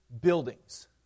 buildings